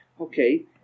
Okay